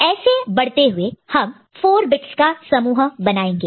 ऐसे बढ़ते हुए हम 4 बिट्स का समूह ग्रुप group बनाएंगे